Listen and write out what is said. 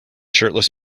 shirtless